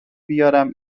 بیارم